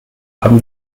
haben